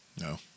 No